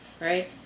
Right